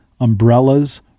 umbrellas